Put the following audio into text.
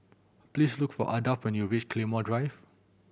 please look for Ardath when you reach Claymore Drive